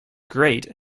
great